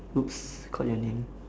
!oops! called your name